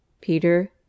Peter